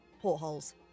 portholes